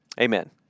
Amen